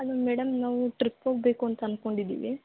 hello madam ನಾವೂ trip ಹೋಗಬೇಕು ಅಂತ ಅನ್ಕೊಂಡಿದೀವಿ